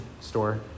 store